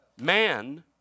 Man